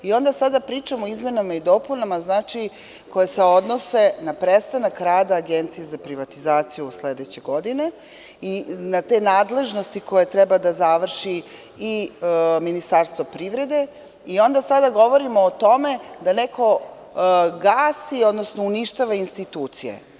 I onda sada pričamo o izmenama i dopunama, znači koje se odnose na prestanak rada Agencije za privatizaciju sledeće godine i na te nadležnosti koje treba da završi i Ministarstvo privrede i onda sada govorimo o tome da neko gasi, odnosno uništava institucije.